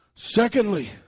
Secondly